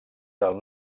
del